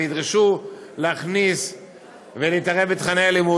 וידרשו להתערב בתוכני הלימוד.